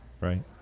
Right